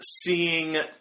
seeing